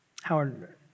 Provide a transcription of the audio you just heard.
Howard